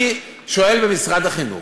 אני שואל, במשרד החינוך,